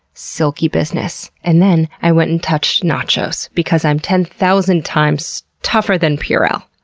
silky business, and then i went and touched nachos, because i'm ten thousand times tougher than purell,